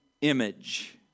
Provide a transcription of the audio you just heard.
image